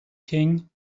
king